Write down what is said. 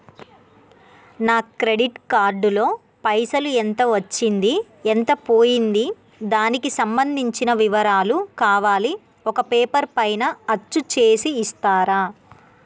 నా credit card లో పైసలు ఎంత వచ్చింది ఎంత పోయింది దానికి సంబంధించిన వివరాలు కావాలి ఒక పేపర్ పైన అచ్చు చేసి ఇస్తరా?